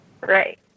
Right